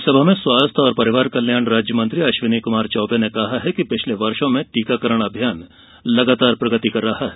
लोकसभा में स्वास्थ्य और परिवार कल्याण राज्य मंत्री अश्विनी कुमार चौबे ने कहा कि पिछले वर्षो में टीकाकरण अभियान लगातार प्रगति कर रहा है